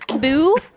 Boo